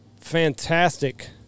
fantastic